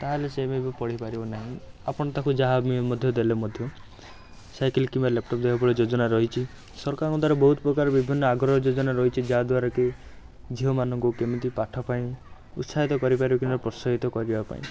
ତାହେଲେ ସିଏବି ଏବେ ପଢ଼ିପାରିବ ନାହିଁ ଆପଣ ତାକୁ ଯାହାବି ମଧ୍ୟ ଦେଲେ ମଧ୍ୟ ସାଇକେଲ୍ କିମ୍ବା ଲାପଟପ୍ ଦେବା ଭଳି ଯୋଜନା ରହିଛି ସରକାରଙ୍କ ଦ୍ୱାରା ବହୁତପ୍ରକାର ବିଭିନ୍ନ ଆଗ୍ରହ ଯୋଜନା ରହିଛି ଯାହାଦ୍ୱାରାକି ଝିଅମାନଙ୍କୁ କେମିତି ପାଠ ପାଇଁ ଉତ୍ସାହିତ କରିପାରିବ କିମ୍ବା ପ୍ରୋତ୍ସାହିତ କରିବାପାଇଁ